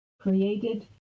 created